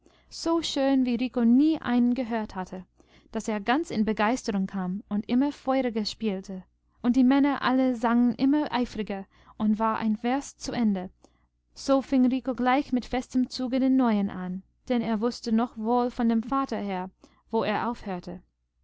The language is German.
so schön wie rico nie einen gehört hatte daß er ganz in begeisterung kam und immer feuriger spielte und die männer alle sangen immer eifriger und war ein vers zu ende so fing rico gleich mit festem zuge den neuen an denn er wußte noch wohl von dem vater her wo es aufhörte